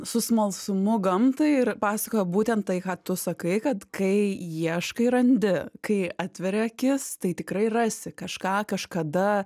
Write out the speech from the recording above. su smalsumu gamtai ir pasakojo būtent tai ką tu sakai kad kai ieškai randi kai atveri akis tai tikrai rasi kažką kažkada